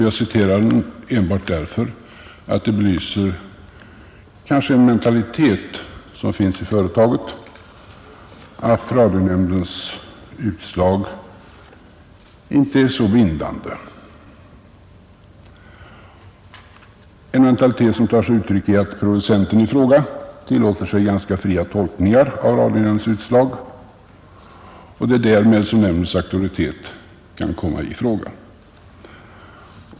Jag citerar enbart därför att det kanske belyser en mentalitet, som finns i företaget, att radionämndens utslag inte är så bindande, en mentalitet som tar sig uttryck i att producenten i fråga tillåter sig ganska fria tolkningar av radionämndens utslag. Det är därigenom som nämndens auktoritet kan komma i fråga.